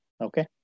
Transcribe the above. okay